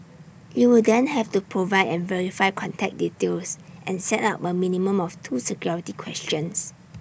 you will then have to provide and verify contact details and set up A minimum of two security questions